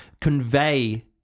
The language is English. convey